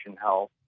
health